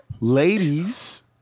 Ladies